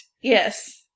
yes